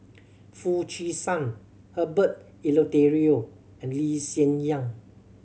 Foo Chee San Herbert Eleuterio and Lee Hsien Yang